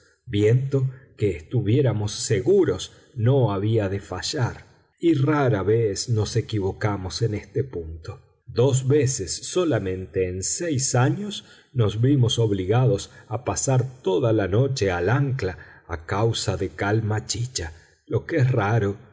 viento que estuviéramos seguros no había de fallar y rara vez nos equivocamos en este punto dos veces solamente en seis años nos vimos obligados a pasar toda la noche al ancla a causa de calma chicha lo que es raro